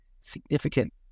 significant